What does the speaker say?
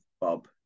Bob